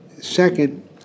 second